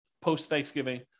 post-Thanksgiving